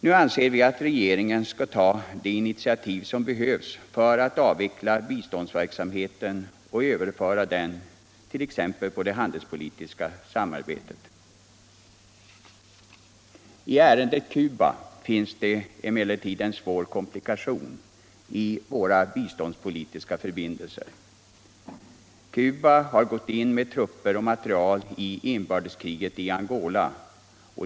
Nu anser vi att regeringen skall ta det initiativ som behövs för att avveckla biståndsverksamheten och i stället inrikta ansträngningarna exempelvis på det handelspolitiska samarbetet. I fallet Cuba finns det emellertid en svår komplikation i våra biståndspolitiska förbindelser. Cuba har gått in med trupper och materiel i inbördeskriget i Angola.